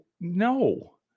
no